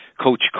Coach